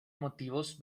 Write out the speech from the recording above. motivos